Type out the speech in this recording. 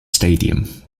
stadium